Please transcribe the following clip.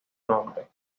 nombre